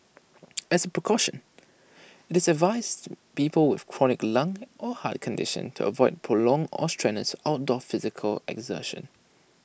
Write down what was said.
as A precaution IT advised people with chronic lung or heart conditions to avoid prolonged or strenuous outdoor physical exertion